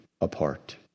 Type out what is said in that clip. apart